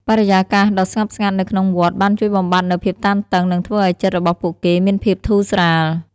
បរិយាកាសដ៏ស្ងប់ស្ងាត់នៅក្នុងវត្តបានជួយបំបាត់នូវភាពតានតឹងនិងធ្វើឱ្យចិត្តរបស់ពួកគេមានភាពធូរស្រាល។